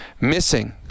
missing